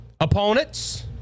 opponents